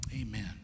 Amen